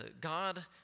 God